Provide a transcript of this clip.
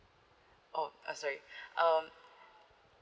oh uh sorry um